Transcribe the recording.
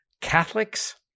Catholics